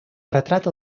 retrata